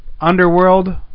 Underworld